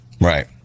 Right